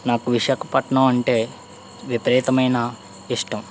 నాకు విశాఖపట్నం అంటే విపరీతమైన ఇష్టం